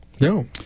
No